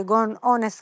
כגון אונס,